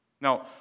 Now